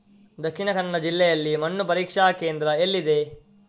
ದಕ್ಷಿಣ ಕನ್ನಡ ಜಿಲ್ಲೆಯಲ್ಲಿ ಮಣ್ಣು ಪರೀಕ್ಷಾ ಕೇಂದ್ರ ಎಲ್ಲಿದೆ?